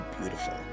beautiful